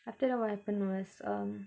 after that what happened was um